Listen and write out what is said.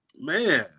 man